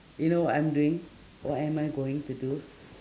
you know I'm doing what am I going to do